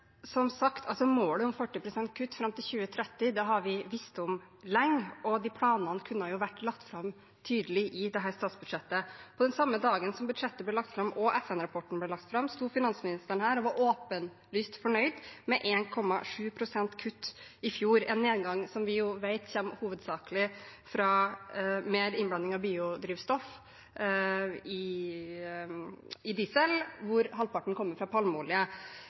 Som sagt – målet om 40 pst. kutt fram til 2030 har vi visst om lenge, og de planene kunne vært lagt fram tydelig i dette statsbudsjettet. Samme dag som budsjettet ble lagt fram og FN-rapporten ble lagt fram, sto finansministeren her og var åpenlyst fornøyd med 1,7 pst. kutt i fjor, en nedgang som vi jo vet kommer hovedsakelig fra mer innblanding av biodrivstoff i diesel, hvorav halvparten kommer fra palmeolje.